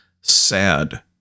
sad